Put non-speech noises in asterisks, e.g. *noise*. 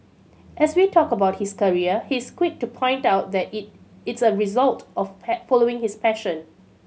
as we talk about his career he is quick to point out that it it's a result of *unintelligible* following his passion